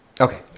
Okay